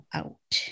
out